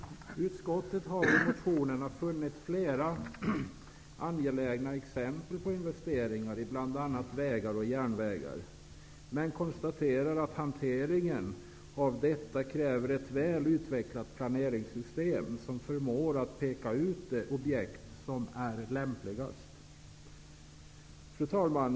Utskottet har i motionerna funnit flera angelägna exempel på investeringar i bl.a. vägar och järnvägar men konstaterar att hanteringen av detta kräver ett väl utvecklat planeringssystem som förmår att peka ut de objekt som är lämpligast. Fru talman!